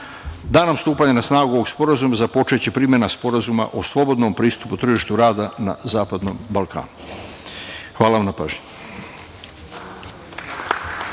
Danom stupanju na snagu ovog sporazuma započeće primena Sporazuma o slobodnom pristupu tržištu rada na zapadnom Balkanu. Hvala vam na pažnji.